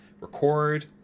record